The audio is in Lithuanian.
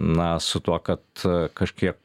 na su tuo kad kažkiek